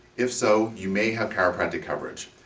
if so, you may have chiropractic coverage.